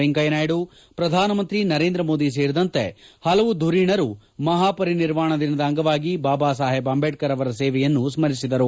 ವೆಂಕಯ್ಯನಾಯ್ಡ ಪ್ರಧಾನಮಂತ್ರಿ ನರೇಂದ್ರ ಮೋದಿ ಸೇರಿದಂತೆ ಹಲವು ಧುರೀಣರು ಮಹಾ ಪರಿನಿರ್ವಾಣ ದಿನದ ಅಂಗವಾಗಿ ಬಾಬಾ ಸಾಹೇಬ್ ಅಂಬೇಡ್ಕರ್ ಅವರ ಸೇವೆಯನ್ನು ಸ್ಮರಿಸಿದರು